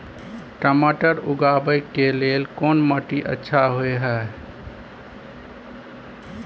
टमाटर उगाबै के लेल कोन माटी अच्छा होय है?